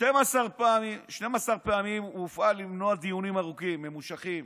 12 פעמים הוא הופעל למנוע דיונים ארוכים, ממושכים.